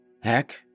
Heck